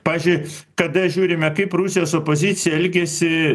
pažiui kada žiūrime kaip rusijos opozicija elgiasi